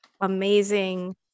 amazing